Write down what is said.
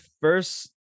first